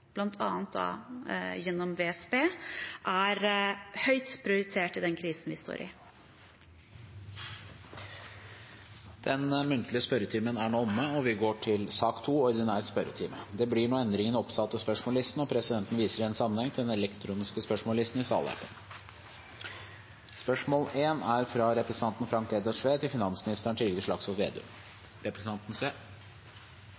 gjennom WFP, er høyt prioritert i den krisen vi står i. Den muntlige spørretimen er nå omme, og vi går til sak nr. 2, ordinær spørretime. Det blir noen endringer i den oppsatte spørsmålslisten, og presidenten viser i den sammenheng til den elektroniske spørsmålslisten i salappen. Endringene var som følger: Spørsmål 5, fra representanten Sofie Marhaug til klima- og miljøministeren, må utsettes til